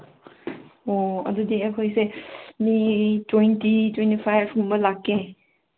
ꯑꯣ ꯑꯗꯨꯗꯤ ꯑꯩꯈꯣꯏꯁꯦ ꯃꯤ ꯇ꯭ꯋꯦꯟꯇꯤ ꯇ꯭ꯋꯦꯟꯇꯤ ꯐꯥꯏꯚꯀꯨꯝꯕ ꯂꯥꯛꯀꯦ